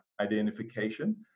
identification